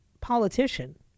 politician